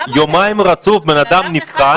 יומיים רצוף בן אדם נבחן ויצאו לו תוצאות שונות.